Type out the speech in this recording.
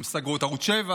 הם סגרו את ערוץ 7,